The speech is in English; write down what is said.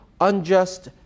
unjust